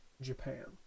japan